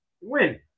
Win